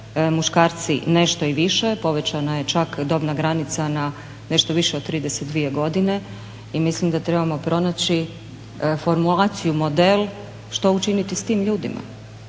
muškarci nešto vi više, povećana je čak dobna granica na nešto više od 32 godine i mislim da trebamo pronaći formulaciju i model što učiniti s tim ljudima.